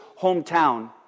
hometown